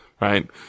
Right